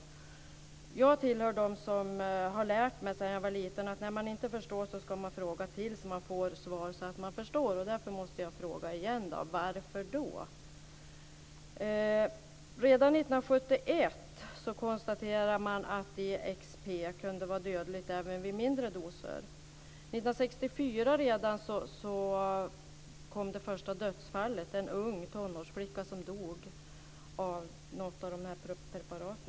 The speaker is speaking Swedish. Jag tillhör dem som har lärt mig sedan jag var liten att när man inte förstår så ska man fråga tills man får svar så att man förstår. Och därför måste jag åter fråga: Varför? Redan 1971 konstaterade man att DXP kunde vara dödligt även i mindre doser. Redan 1964 inträffade det första dödsfallet. Det var en ung tonårsflicka som dog av något av dessa preparat.